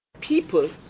People